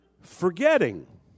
forgetting